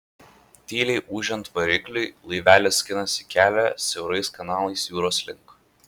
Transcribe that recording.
tyliai ūžiant varikliui laivelis skinasi kelią siaurais kanalais jūros link